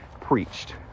preached